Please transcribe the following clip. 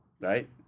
right